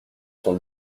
son